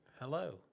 Hello